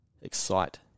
excite